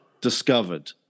discovered